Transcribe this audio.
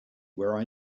where